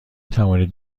توانید